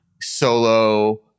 solo